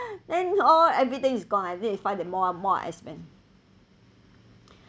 then hor everything is gone I think it find that more or more expand